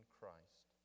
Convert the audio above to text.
Christ